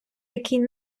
який